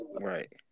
Right